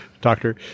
doctor